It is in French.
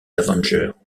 avengers